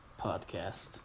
podcast